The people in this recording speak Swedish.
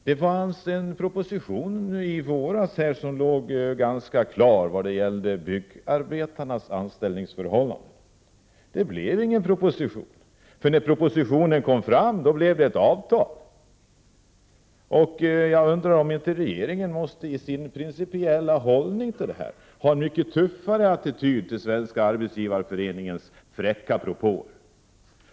I våras låg en proposition praktiskt taget klar som gällde byggarbetarnas anställningsförhållanden. Det blev ingen proposition, för när propositionen kom fram blev det ett avtal. Jag undrar om inte regeringen i sin principiella hållning till detta måste ha en mycket tuffare attityd till Svenska arbetsgivareföreningens fräcka propåer.